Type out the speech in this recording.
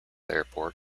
airport